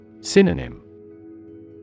Synonym